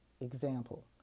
Example